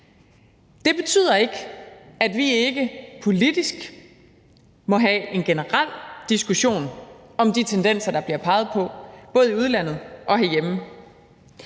Det betyder ikke, at vi ikke politisk må have en generel diskussion om de tendenser, der bliver peget på, både i udlandet og herhjemme.